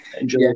enjoy